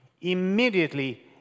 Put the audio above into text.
Immediately